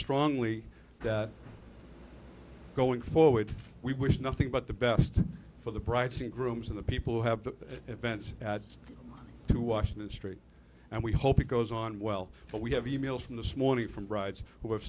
strongly that going forward we wish nothing but the best for the price and grooms of the people who have that event just to washington street and we hope it goes on well but we have e mails from this morning from brides who have